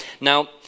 Now